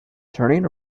turning